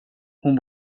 hon